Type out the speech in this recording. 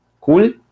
Cool